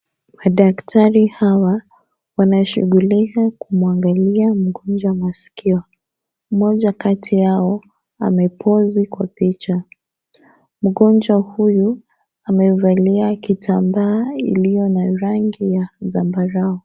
Madaktari hawa, wanashughulika kumuangalia mgonjwa masikio. Moja kati yao amepozi kwa kichwa. Mgonjwa huyu amevalia kitambaa iliyo na rangi zambarau.